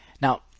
now